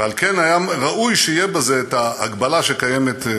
ועל כן היה ראוי שתהיה בזה ההגבלה שקיימת,